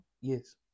Yes